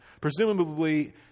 Presumably